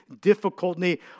difficulty